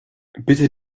bitte